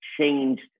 changed